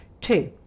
Two